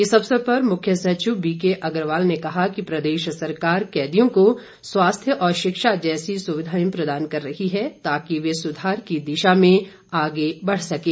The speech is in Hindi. इस अवसर पर मुख्य सचिव बीके अग्रवाल ने कहा कि प्रदेश सरकार कैदियों को स्वास्थ्य और शिक्षा जैसी सुविधाएं प्रदान कर रही है ताकि वे सुधार की दिशा में आगे बढ़ सकें